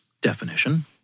definition